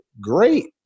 great